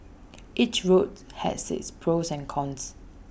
each route has its pros and cons